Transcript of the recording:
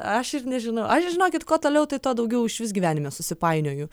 aš ir nežinau aš žinokit kuo toliau tai tuo daugiau išvis gyvenime susipainioju